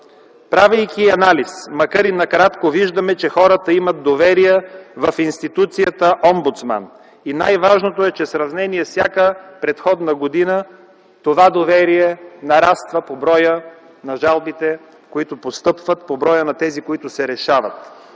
Правейки анализ, макар и накратко, виждаме, че хората имат доверие в институцията Омбудсман. И най-важното е, че в сравнение с всяка предходна година, това доверие нараства по броя на жалбите, които постъпват, по броя на тези, които се решават.